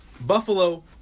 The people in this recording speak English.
Buffalo